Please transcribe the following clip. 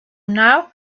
now